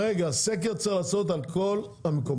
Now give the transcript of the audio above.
סקר צריך לעשות על כל המקומות,